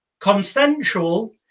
consensual